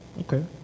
Okay